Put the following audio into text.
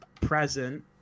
present